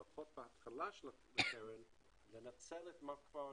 לפחות בהתחלה של הקרן לנצל את מה שכבר